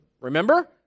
Remember